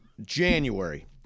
January